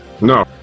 No